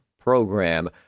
program